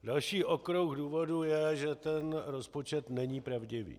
Další okruh důvodů je, že ten rozpočet není pravdivý.